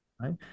Right